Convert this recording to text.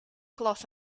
cloth